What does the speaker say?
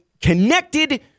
connected